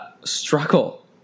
struggle